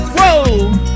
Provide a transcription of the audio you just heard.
Whoa